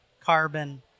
carbon